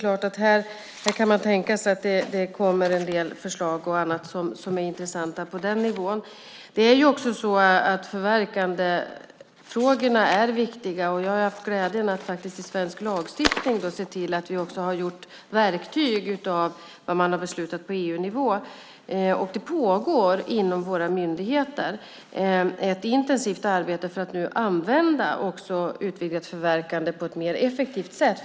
Man kan tänka sig att det kommer en del intressanta förslag på den nivån. Förverkandefrågorna är viktiga. Jag har haft glädjen att se till att vi i svensk lagstiftning har gjort verktyg av det man har beslutat om på EU-nivå. Inom våra myndigheter pågår det ett intensivt arbete för att använda utvidgat förverkande på ett mer effektivt sätt.